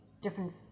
different